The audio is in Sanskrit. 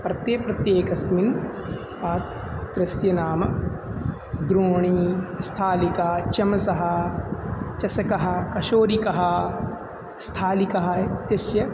प्रत्ये प्रत्येकस्मिन् पात्रस्य नाम द्रोणी स्थालिका चमसः चषकः कशोरिकः स्थालिका इत्यस्य